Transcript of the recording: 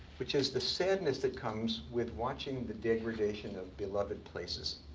which is the sadness that comes with watching the degradation of beloved places.